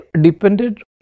depended